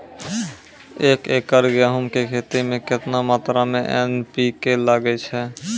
एक एकरऽ गेहूँ के खेती मे केतना मात्रा मे एन.पी.के लगे छै?